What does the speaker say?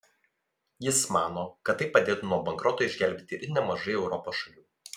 jis mano kad tai padėtų nuo bankroto išgelbėti ir nemažai europos šalių